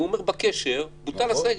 והוא אומר בקשר: בוטל הסגר.